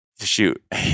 Shoot